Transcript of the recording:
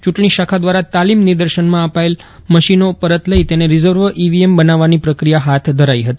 યૂંટણી શાખા દ્વારા તાલીમ નિદર્શનમાં અપાયેલા મશીનો પરત લઇ તેને રિઝર્વ ઇવીએમ બનાવવાની પ્રક્રિયા હાથ ધરાઇ હતી